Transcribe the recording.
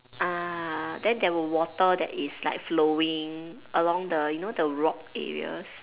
ah then there were water that is like flowing along the you know the rock areas